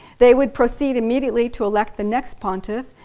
they would proceed immediately to elect the next pontiff,